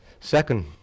Second